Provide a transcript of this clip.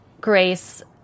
Grace